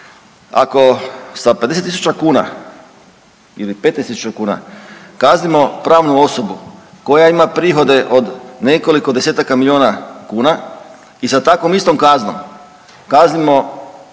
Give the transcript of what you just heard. Ako sa 50 tisuća kuna ili 15 tisuća kuna kaznimo pravnu osobu koja ima prihode od nekoliko desetaka miliona kuna i sa takvom istom kaznom kaznimo fizičku osobu